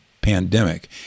pandemic